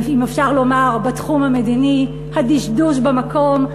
אם אפשר לומר, בתחום המדיני הדשדוש במקום.